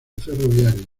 ferroviario